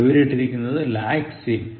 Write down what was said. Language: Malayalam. അടിവരയിട്ടിരിക്കുന്നത് lacks in